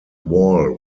wall